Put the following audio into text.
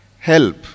help